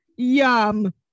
Yum